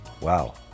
Wow